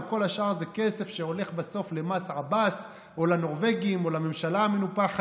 אבל כל השאר זה כסף שהולך בסוף למס עבאס או לנורבגים או לממשלה המנופחת.